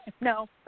No